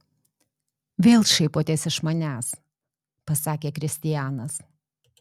vėl šaipotės iš manęs pasakė kristianas